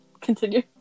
Continue